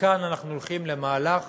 כאן אנחנו הולכים למהלך